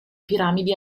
piramidi